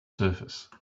surface